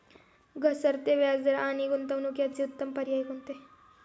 घसरते व्याजदर आणि गुंतवणूक याचे उत्तम पर्याय कोणते?